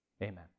Amen